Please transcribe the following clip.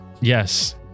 Yes